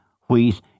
wheat